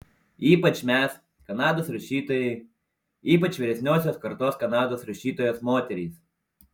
ypač mes kanados rašytojai ypač vyresniosios kartos kanados rašytojos moterys